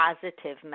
positive